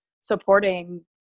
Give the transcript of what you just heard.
supporting